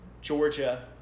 Georgia